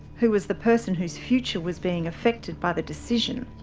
who was the person whose future was being affected by the decision,